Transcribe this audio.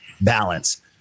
balance